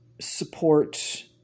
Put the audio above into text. support